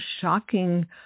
shocking